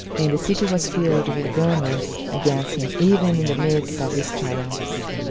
and the city was filled with murmurs against him even in the midst of his triumphs.